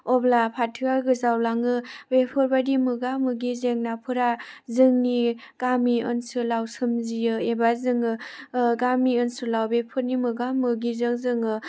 अब्ला फाथोआ गोजावलाङो बेफोरबायदि मोगा मोगि जेंनाफोरा जोंनि गामि ओनसोलाव सोमजियो एबा जोङो गामि ओनसोलाव बेफोरनि मोगा मोगिजों जोङो